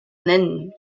nennen